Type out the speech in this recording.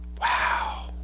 Wow